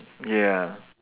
ya